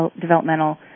developmental